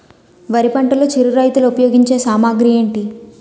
వరి పంటలో చిరు రైతులు ఉపయోగించే సామాగ్రి ఏంటి?